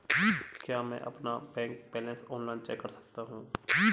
क्या मैं अपना बैंक बैलेंस ऑनलाइन चेक कर सकता हूँ?